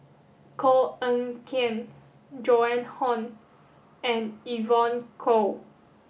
Koh Eng Kian Joan Hon and Evon Kow